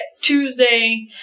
Tuesday